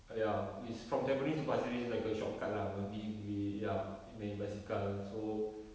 ya it's from tampines to pasir ris like a shortcut bagi pergi ya main basikal so